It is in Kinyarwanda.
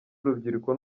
urubyiruko